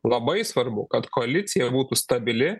labai svarbu kad koalicija būtų stabili